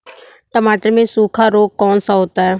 टमाटर में सूखा रोग कौन सा होता है?